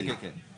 כן, כן.